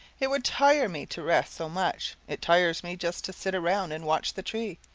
it would tire me to rest so much. it tires me just to sit around and watch the tree.